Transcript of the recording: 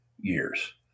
years